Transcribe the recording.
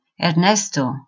Ernesto